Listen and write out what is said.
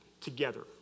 together